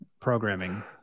programming